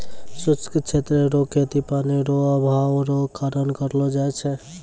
शुष्क क्षेत्र रो खेती पानी रो अभाव रो कारण करलो जाय छै